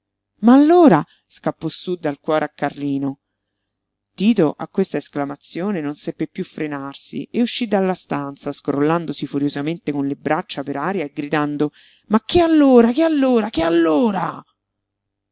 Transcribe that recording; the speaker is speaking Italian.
ma allora scappò sú dal cuore a carlino tito a questa esclamazione non seppe piú frenarsi e uscí dalla stanza scrollandosi furiosamente con le braccia per aria e gridando ma che allora che allora che allora